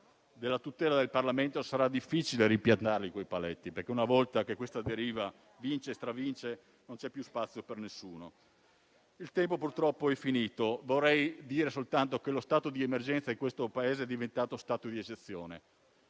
della tutela del Parlamento, sarà difficile ripiantarli, perché, una volta che la deriva vince e stravince, non c'è più spazio per nessuno. In conclusione, io vorrei dire soltanto che lo stato di emergenza in questo Paese è diventato stato di eccezione,